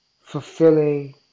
fulfilling